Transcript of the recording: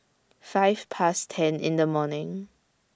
five Past ten in The morning